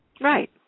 Right